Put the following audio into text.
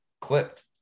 clipped